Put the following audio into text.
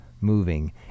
moving